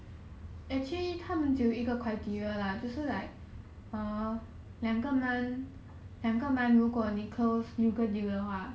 then if if you cannot sell out then how got like penalty or something